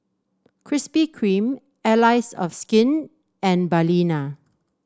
Krispy Kreme Allies of Skin and Balina